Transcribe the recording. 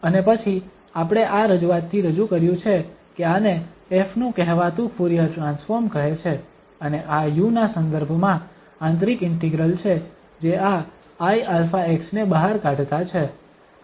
તો અને પછી આપણે આ રજૂઆતથી રજૂ કર્યું છે કે આને ƒ નું કહેવાતું ફુરીયર ટ્રાન્સફોર્મ કહે છે અને આ u ના સંદર્ભ માં આંતરીક ઇન્ટિગ્રલ છે જે આ iαx ને બહાર કાઢતા છે